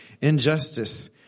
injustice